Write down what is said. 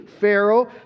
Pharaoh